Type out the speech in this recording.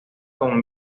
con